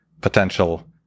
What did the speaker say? potential